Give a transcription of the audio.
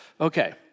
Okay